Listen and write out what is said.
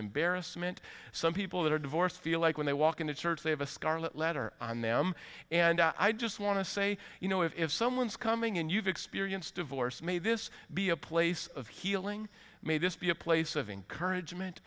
embarrassment some people that are divorced feel like when they walk into church they have a scarlet letter on them and i just want to say you know if someone's coming and you've experienced divorce may this be a place of healing may this be a place of encouragement